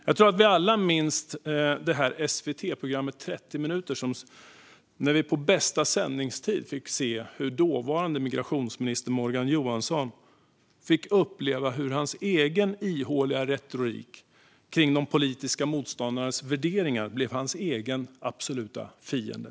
Jag tror att vi alla minns det avsnitt av SVT-programmet 30 minuter då vi på bästa sändningstid fick se dåvarande migrationsminister Morgan Johansson uppleva hur hans egen ihåliga retorik kring de politiska motståndarnas värderingar blev hans absoluta fiende.